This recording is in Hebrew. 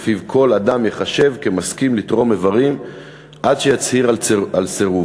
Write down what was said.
שלפיו כל אדם ייחשב כמסכים לתרום איברים עד שיצהיר על סירוב.